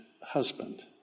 husband